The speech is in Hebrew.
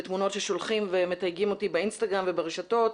בתמונות ששולחים ומתייגים אותי באינסטגרם וברשתות,